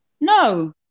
No